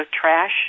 trash